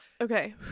okay